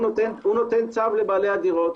הוא נותן צו לבעלי הדירות.